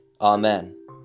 Amen